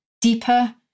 deeper